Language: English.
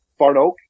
Farnoak